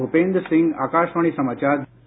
भूपेंद्र सिंह आकाशवाणी समाचार दिल्ली